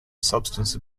substance